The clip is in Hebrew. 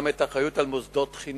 גם את האחריות למוסדות חינוך.